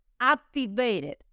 activated